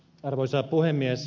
arvoisa puhemies